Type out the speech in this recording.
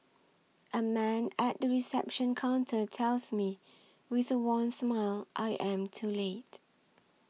a man at the reception counter tells me with a warm smile I am too late